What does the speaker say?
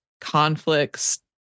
conflicts